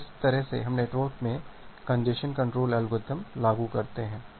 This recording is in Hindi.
तो इस तरह हम नेटवर्क में कंजेस्शन कंट्रोल एल्गोरिदम लागू करते हैं